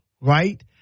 Right